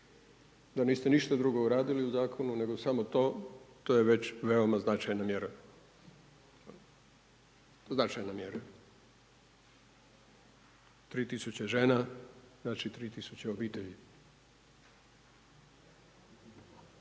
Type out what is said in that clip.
Da niste ništa drugo uradili u zakonu nego samo to to je već veoma značajna mjera. Značajna mjera, 3 tisuće žena, znači 3 tisuće obitelji.